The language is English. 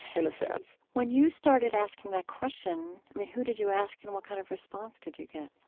in a sense when you started asking that question, i mean, who did you ask? and what kind of response did you get?